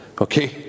Okay